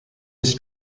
his